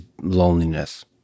loneliness